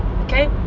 okay